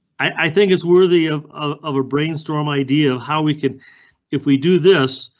i think is worthy of of a brainstorm idea how we could if we do this.